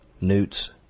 Newts